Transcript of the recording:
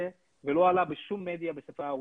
ולא עלה בשום מדיה בשפה הרוסית.